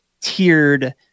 tiered